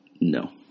No